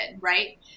Right